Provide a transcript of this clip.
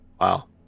Wow